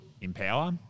Empower